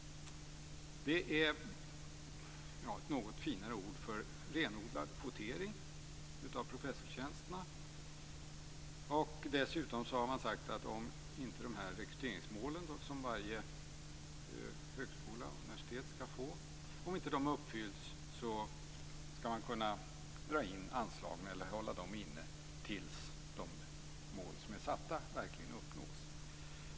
Det är ett något finare ord för renodlad kvotering av professorstjänsterna. Dessutom har man sagt att om inte de rekryteringsmål som varje högskola och universitet skall få uppfylls skall man kunna dra in anslagen eller hålla dem inne tills de uppsatta målen verkligen uppnås.